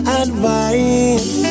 advice